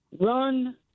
run